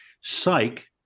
psych